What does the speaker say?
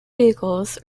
vehicles